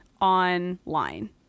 online